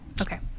okay